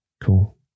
cool